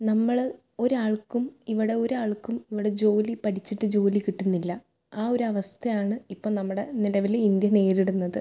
നമ്മള് ഒരാൾക്കും ഇവിടെ ഒരാൾക്കും ഇവിടെ ജോലി പഠിച്ചിട്ട് ജോലി കിട്ടുന്നില്ല ആ ഒരവസ്ഥയാണ് ഇപ്പം നമ്മുടെ നിലവില് ഇന്ത്യ നേരിടുന്നത്